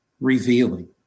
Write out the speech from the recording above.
revealing